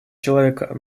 человека